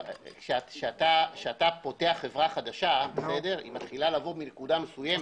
אבל כשאתה פותח חברה חדשה היא מתחילה לעבוד מנקודה מסוימת.